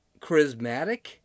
charismatic